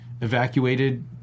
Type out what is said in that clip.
evacuated